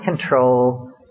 control